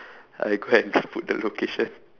I go and put the location